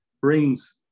brings